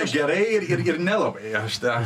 gerai ir ir nelabai aš tą